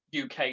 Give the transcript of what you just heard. UK